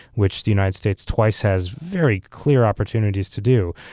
which the united states twice has very clear opportunities to do.